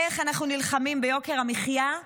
איך אנחנו נלחמים ביוקר המחיה?